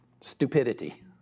stupidity